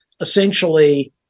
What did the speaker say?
essentially